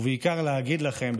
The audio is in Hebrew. ובעיקר להגיד לכם,